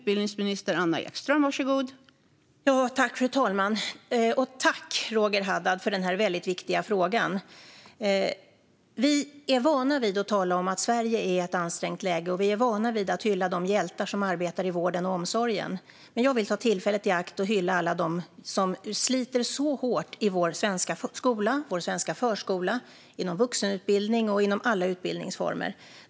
Fru talman! Jag tackar Roger Haddad för denna väldigt viktiga fråga. Vi är vana vid att tala om att Sverige är i ett ansträngt läge. Vi är vana vid att hylla de hjältar som arbetar i vården och omsorgen. Men jag vill ta tillfället i akt att hylla alla dem som sliter hårt i vår svenska skola, i vår svenska förskola, inom vuxenutbildningen och inom alla andra utbildningsformer.